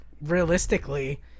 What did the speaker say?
realistically